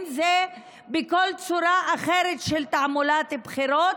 אם זה בכל צורה אחרת של תעמולת בחירות,